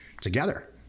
together